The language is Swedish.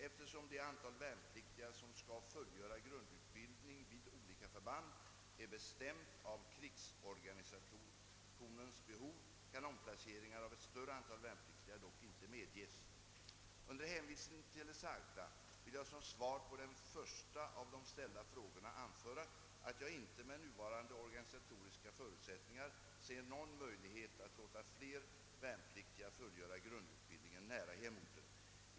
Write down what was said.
Eftersom det antal värnpliktiga som skall fullgöra grundutbildning vid olika förband är bestämt av krigsorganisationens behov, kan omplaceringar av ett större antal värnpliktiga dock inte medges. Under hänvisning till det sagda vill jag som svar på den första av de ställda frågorna anföra att jag inte, med nuvarande organisatoriska förutsättningar, ser någon möjlighet att låta fler värnpliktiga fullgöra grundutbildningen nära hemorten.